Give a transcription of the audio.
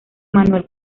manuel